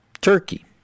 turkey